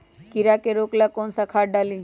कीड़ा के रोक ला कौन सा खाद्य डाली?